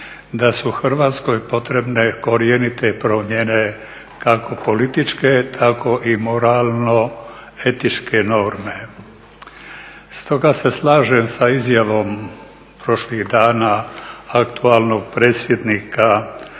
da su Hrvatskoj potrebne korjenite promjene kako političke, tako i moralno etičke norme. Stoga se slažem sa izjavom prošlih dana aktualnog predsjednika